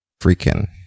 freaking